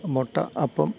മുട്ട അപ്പം